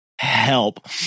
help